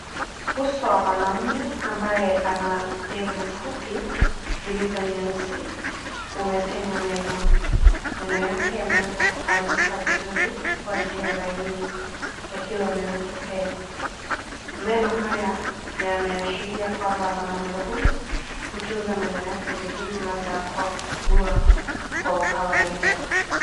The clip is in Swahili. Uso wa mwanamume ambaye ana ndevu fupi zilizo nyeusi umepenya meno. Meno yake yameweza kupangika vizuri kwa njia laini yakiwa meupe pe, meno haya yameashiria kwamba mwanamume huyu hutunza meno yake vizuri labda kwa kusugua kwa ukawaida.